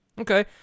Okay